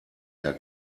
herr